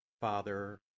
Father